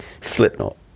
Slipknot